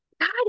God